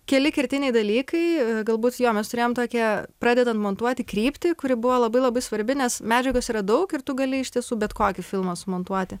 keli kertiniai dalykai galbūt jo mes turėjom tokią pradedant montuoti kryptį kuri buvo labai labai svarbi nes medžiagos yra daug ir tu gali iš tiesų bet kokį filmą sumontuoti